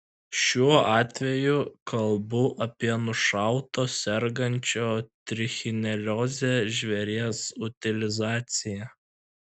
šiuo atveju kalbu apie nušauto sergančio trichinelioze žvėries utilizaciją